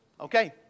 Okay